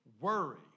worry